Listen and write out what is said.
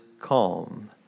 calm